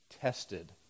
tested